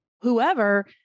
whoever